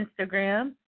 Instagram